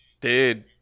Dude